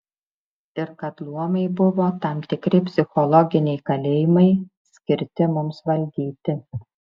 ir kad luomai buvo tam tikri psichologiniai kalėjimai skirti mums valdyti